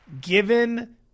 Given